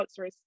outsource